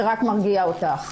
זה רק מרגיע אותך".